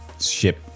ship